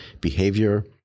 behavior